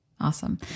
Awesome